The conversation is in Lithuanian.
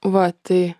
va tai